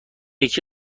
یکی